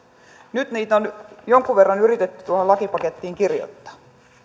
nyt niitä on jonkun verran yritetty tuohon lakipakettiin kirjoittaa